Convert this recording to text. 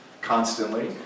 constantly